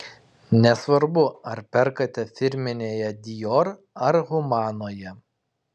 nesvarbu ar perkate firminėje dior ar humanoje